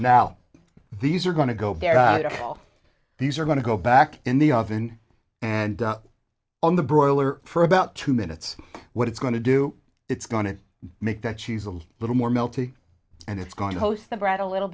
now these are going to go all these are going to go back in the oven and on the broiler for about two minutes what it's going to do it's going to make that she's a little more melty and it's going to host the bread a little